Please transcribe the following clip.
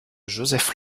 joseph